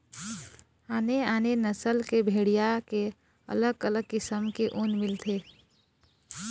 आने आने नसल के भेड़िया के अलग अलग किसम के ऊन मिलथे